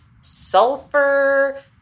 sulfur